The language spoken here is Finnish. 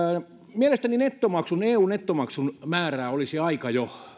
mielestäni eun nettomaksun määrää olisi jo aika